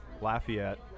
Lafayette